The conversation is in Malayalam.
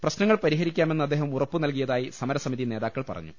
പ്രശ്നങ്ങൾ പരിഹരിക്കാമെന്ന് അദ്ദേഹം ഉറപ്പുനൽകിയതായി സമരസമിതി നേതാക്കൾ പറഞ്ഞു